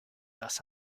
los